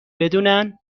بدونن